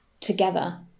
together